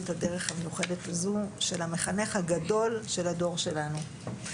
את הדרך המיוחדת הזו של המחנך הגדול של הדור שלנו.